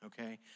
okay